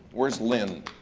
where's linh?